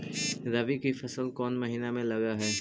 रबी की फसल कोन महिना में लग है?